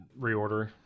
reorder